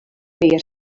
pear